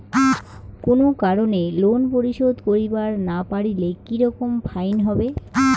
কোনো কারণে লোন পরিশোধ করিবার না পারিলে কি রকম ফাইন হবে?